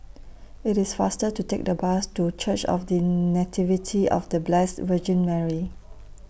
IT IS faster to Take The Bus to Church of The Nativity of The Blessed Virgin Mary